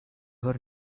her